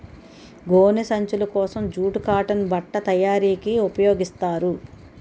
గోను సంచులు కోసం జూటు కాటన్ బట్ట తయారీకి ఉపయోగిస్తారు